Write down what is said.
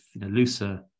looser